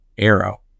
arrow